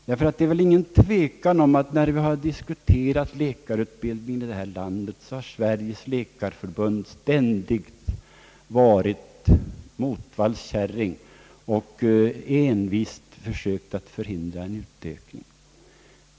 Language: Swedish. Det är otvivelaktigt så att när vi diskuterat läkarutbildningen här i landet har Sveriges läkarförbund ständigt varit »Motvalls käring» och envist försökt hindra en utökning.